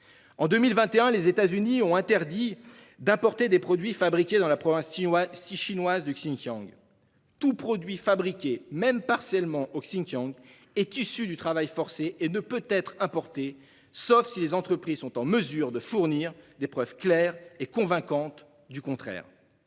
En 2021, les États-Unis ont interdit d'importer des produits fabriqués dans la province chinoise du Xinjiang. Tout produit fabriqué, même partiellement, dans le Xinjiang, est considéré comme étant issu du travail forcé et ne peut être importé, sauf si les entreprises sont en mesure de fournir des preuves claires et convaincantes du contraire.